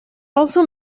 also